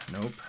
Nope